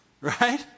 Right